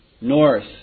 north